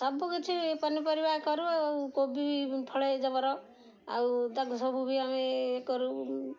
ସବୁକିଛି ପନିପରିବା କରୁ ଆଉ କୋବି ଫଳେ ଜବର ଆଉ ତାକୁ ସବୁ ବି ଆମେ ଏ କରୁ